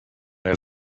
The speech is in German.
der